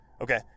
Okay